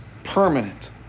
Permanent